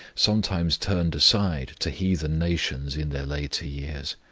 sometimes turned aside to heathen nations in their later years!